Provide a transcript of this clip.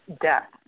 death